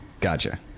Gotcha